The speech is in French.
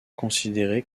considérée